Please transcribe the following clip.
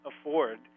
afford